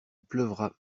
pleuvra